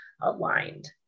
aligned